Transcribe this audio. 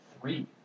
three